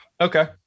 Okay